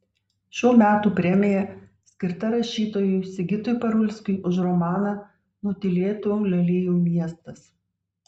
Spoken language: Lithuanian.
šių metų premija skirta rašytojui sigitui parulskiui už romaną nutylėtų lelijų miestas